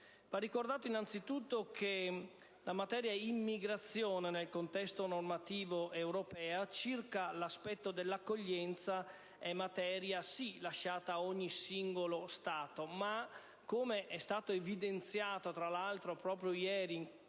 Va ricordato innanzitutto che la materia immigrazione, nel contesto normativo europeo, circa l'aspetto dell'accoglienza è sì lasciata ad ogni singolo Stato ma, come è stato evidenziato, tra l'altro proprio ieri, in